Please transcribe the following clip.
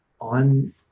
on